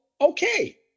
okay